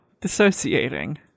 dissociating